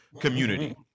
community